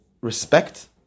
respect